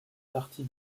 partie